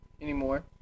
anymore